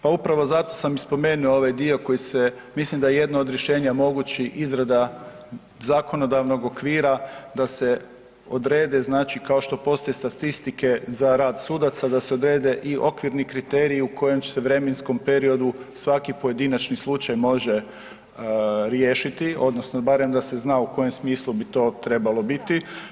Pa upravo zato sam i spomenuo ovaj dio koji se, mislim da je jedno od rješenja mogući izrada zakonodavnog okvira da se odrede znači kao što postoje statistike za rad sudaca da se odrede i okvirni kriteriji u kojem će se vremenskom periodu svaki pojedinačni slučaj može riješiti, odnosno barem da se zna u kojem smislu bi to trebalo biti.